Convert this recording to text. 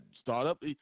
startup